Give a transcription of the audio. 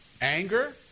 Anger